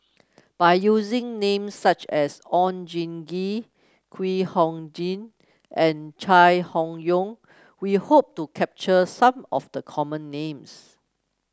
by using names such as Oon Jin Gee Kwek Hong Jing and Chai Hon Yoong we hope to capture some of the common names